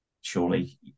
surely